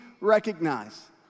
recognize